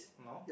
no